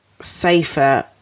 safer